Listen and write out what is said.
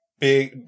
Big